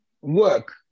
work